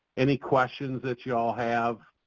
any questions that y'all have,